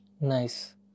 nice